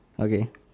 okay